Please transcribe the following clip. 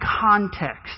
context